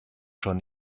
schon